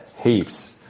heaps